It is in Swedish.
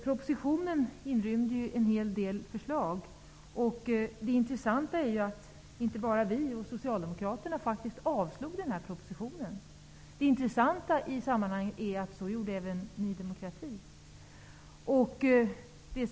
Propositionen inrymmer en hel del förslag, och det intressanta är att det inte var bara vi och Socialdemokraterna som ville att propositionen skulle avslås. Även Ny demokrati ville det.